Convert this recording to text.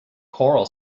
choral